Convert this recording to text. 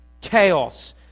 chaos